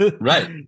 Right